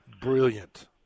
brilliant